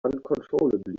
uncontrollably